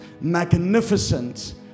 magnificent